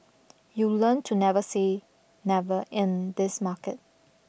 you learn to never say never in this market